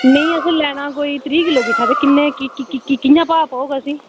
नेईं असें लैना कोई त्रीह् किल्लो किट्ठा ते कि'न्ना ते कि'यां भाऽ पौग असेंगी